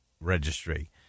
Registry